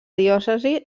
diòcesi